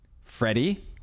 Freddie